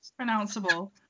pronounceable